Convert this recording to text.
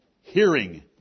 hearing